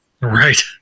Right